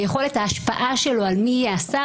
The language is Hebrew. ויכולת ההשפעה שלו על מי יהיה השר,